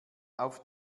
auf